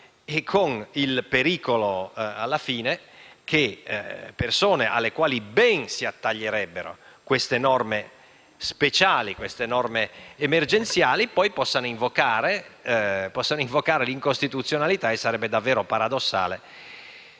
con il pericolo che persone alle quali ben si attaglierebbero queste norme speciali o emergenziali possano poi invocarne l'incostituzionalità. E sarebbe davvero paradossale